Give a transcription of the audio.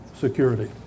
security